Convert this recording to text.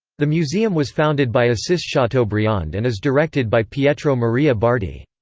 the museum was founded by assis chateaubriand and is directed by pietro maria bardi.